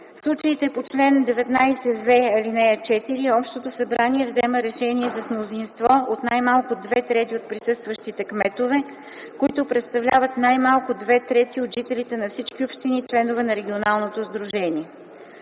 В случаите по чл. 19в, ал. 4 общото събрание взема решения с мнозинство от най-малко две трети от присъстващите кметове, които представляват най-малко две трети от жителите на всички общини, членове на регионалното сдружение.